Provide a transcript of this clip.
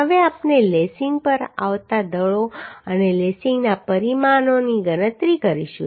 હવે આપણે લેસિંગ પર આવતા દળો અને લેસિંગના પરિમાણોની ગણતરી કરીશું